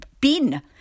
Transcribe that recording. bin